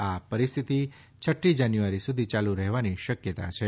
આ સ્થિતી છઠ્ઠી જાન્યુઆરી સુધી ચાલુ રહેવાની શક્યતા છે